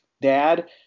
dad